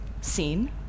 seen